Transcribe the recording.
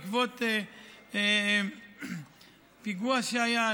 בעקבות פיגוע שהיה,